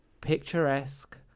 picturesque